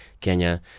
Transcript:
kenya